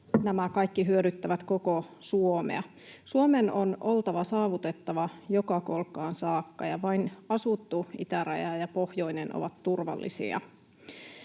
Nämä kaikki hyödyttävät koko Suomea. Suomen on oltava saavutettava joka kolkkaan saakka, ja vain asuttu itäraja ja pohjoinen ovat turvallisia.